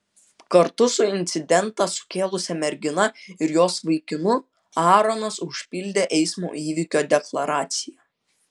kartu su incidentą sukėlusia mergina ir jos vaikinu aaronas užpildė eismo įvykio deklaraciją